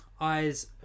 eyes